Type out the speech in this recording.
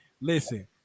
listen